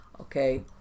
okay